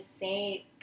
say